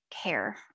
care